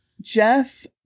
Jeff